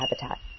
habitat